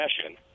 session